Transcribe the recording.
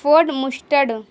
ford mustang